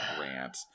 rant